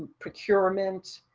procurement,